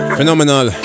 Phenomenal